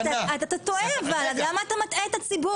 אתה טועה אבל, למה אתה מטעה את הציבור?